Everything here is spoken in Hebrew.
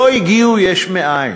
לא הגיעו יש מאין,